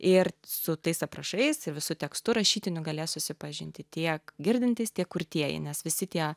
ir su tais aprašais ir visu tekstu rašytiniu galės susipažinti tiek girdintys tiek kurtieji nes visi tie